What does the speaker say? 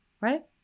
Right